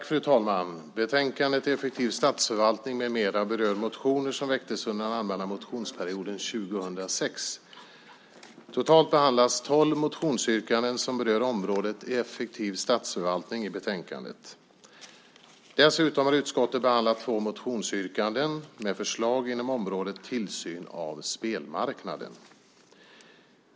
Fru talman! Betänkandet Effektiv statsförvaltning m.m. rör motioner som väcktes under den allmänna motionsperioden 2006. Totalt behandlas tolv motionsyrkanden som rör området effektiv statsförvaltning i betänkandet. Dessutom har utskottet behandlat två motionsyrkanden med förslag inom området tillsyn av spelmarknaden.